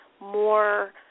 more